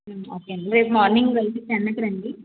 okay అండి రేపు morning అయితే టెన్కి రండి